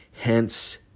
hence